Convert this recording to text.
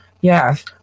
yes